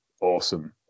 awesome